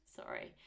sorry